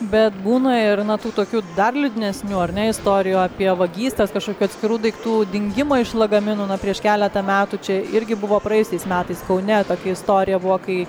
bet būna ir na tų tokių dar liūdnesnių ar ne istorijų apie vagystes kažkokių atskirų daiktų dingimą iš lagaminų na prieš keletą metų čia irgi buvo praėjusiais metais kaune tokia istorija buvo kai